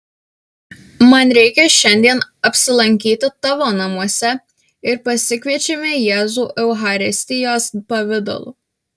man reikia šiandien apsilankyti tavo namuose ir pasikviečiame jėzų eucharistijos pavidalu